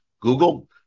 Google